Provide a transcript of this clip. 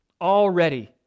already